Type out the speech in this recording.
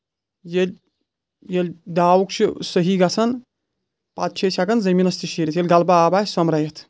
ییٚلہِ ییٚلہِ داوُک چھِ صحیح گژھان پَتہٕ چھِ أسۍ ہؠکان زٔمیٖنَس تہِ شیٖرِتھ ییٚلہِ گلبہٕ آب آسہِ سۄمبرٲیِتھ